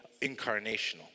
incarnational